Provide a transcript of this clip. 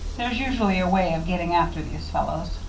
there's usually a way of getting after these fellows.